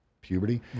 puberty